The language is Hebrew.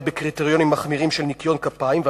בקריטריונים מחמירים של ניקיון כפיים,